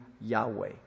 Yahweh